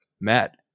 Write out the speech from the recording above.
Matt